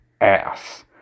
ass